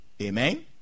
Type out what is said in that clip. amen